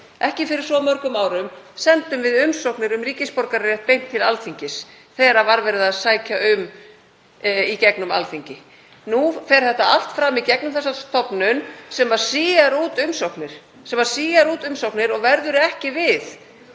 ekki svo mörgum árum, sendum við umsóknir um ríkisborgararétt beint til Alþingis þegar verið var að sækja um í gegnum Alþingi. Nú fer þetta allt fram í gegnum þessa stofnun sem síar út umsóknir og verður ekki við